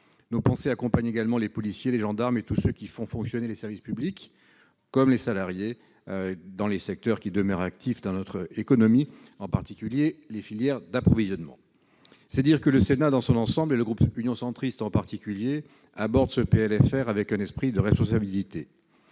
Nos pensées accompagnent également les policiers et les gendarmes, ainsi que tous ceux qui font fonctionner les services publics et tous ceux qui demeurent actifs dans notre économie, en particulier dans les filières d'approvisionnement. C'est dire que le Sénat dans son ensemble et le groupe Union Centriste en particulier abordent ce PLFR avec esprit de responsabilité.